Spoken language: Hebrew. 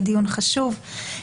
דיון חשוב.